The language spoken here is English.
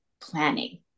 planning